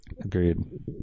agreed